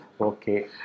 Okay